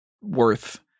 worth